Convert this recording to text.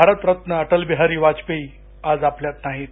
भारतरत्न अटलबिहारी वाजपेयी आता आपल्यात नाहीत